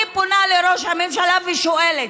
אני פונה לראש הממשלה ושואלת: